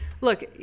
look